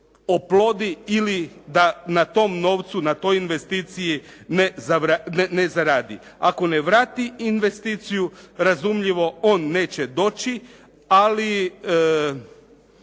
oplodi ili da na tom novcu, na toj investiciji ne zaradi. Ako ne vrati investiciju razumljivo on neće doći, ali